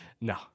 No